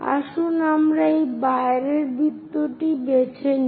আসুন আমরা বাইরের বৃত্তটি বেছে নিই